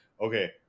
okay